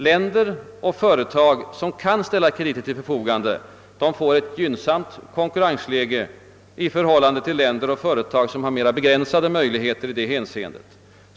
Länder och företag som kan ställa krediter till förfogande får ett gynnsamt konkurrensläge i förhållande till länder och företag som har begränsade möjligheter i det hänseendet.